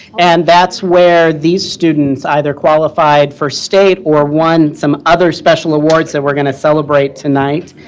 and that's where these students either qualified for state or won some other special awards that we're going to celebrate tonight.